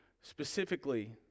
specifically